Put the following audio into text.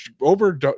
over